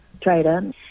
trader